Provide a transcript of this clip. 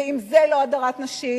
ואם זה לא הדרת נשים,